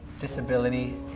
Disability